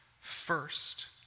first